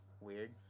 weird